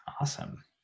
awesome